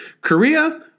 Korea